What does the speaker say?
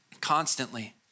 constantly